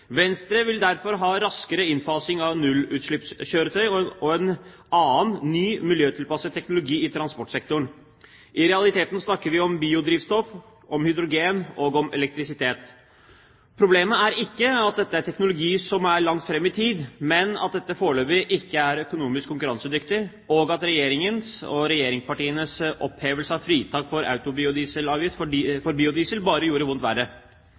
Venstre vil derfor ha raskere innfasing av nullutslippskjøretøy og en annen, ny miljøtilpasset teknologi i transportsektoren. I realiteten snakker vi om biodrivstoff, om hydrogen og om elektrisitet. Problemet er ikke at dette er teknologi som er langt fram i tid, men at dette foreløpig ikke er økonomisk konkurransedyktig, og at Regjeringens og regjeringspartienes opphevelse av fritak for autodieselavgift for biodiesel bare gjorde vondt verre.